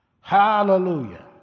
Hallelujah